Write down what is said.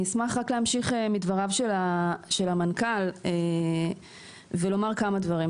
אני אשמח רק להמשיך מדבריו של המנכ"ל ולומר כמה דברים.